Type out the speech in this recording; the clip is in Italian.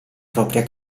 propria